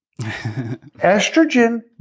Estrogen